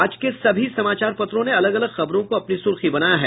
आज के सभी समाचार पत्रों ने अलग अलग खबरों को अपनी सुर्खी बनाया है